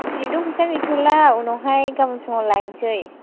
दिनैथ' फैसा गैथ'ला उनावहाय गाबोन फुङाव लायनोसै